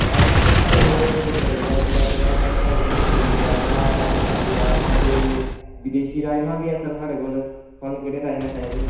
राजमांह् sir साढ़े कोल बड़े वैरायटी दे औंदे ऐ साढ़े कोल कशमीरी राजमांह् राजस्थानी राजमांह् ते विदेशी राजमांह् बी ऐ साढ़े कोल थुहानू भला केह्ड़े राजमांह् चाहिदे